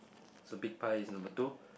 so big pie is number two